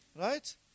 Right